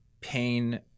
pain